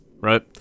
right